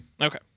Okay